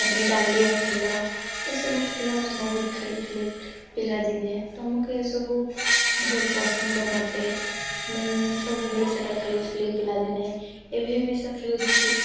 ତାପରେ ଦାଣ୍ଡିଆ ଖେଲ ଏସବୁ ଖେଳ ଆମେ ବହୁତ ଖେଳୁଥିଲୁ ପିଲାଦିନେ ତୁମକୁ ଏସବୁ ବହୁତ ପସନ୍ଦ ମୋତେ ମୁଁ ସବୁବେଳେ ସେଇଟା ଖେଳୁଥିଲି ପିଲାଦିନେ ଏବେ ବି ସେ ଖେଳୁଛି କି